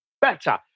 better